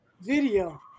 video